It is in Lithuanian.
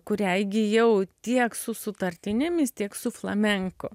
kurią įgijau tiek su sutartinėmis tiek su flamenko